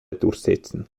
durchsetzen